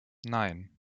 nein